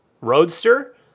roadster